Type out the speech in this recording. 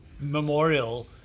Memorial